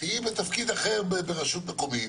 תהיי בתפקיד אחר ברשות מקומית,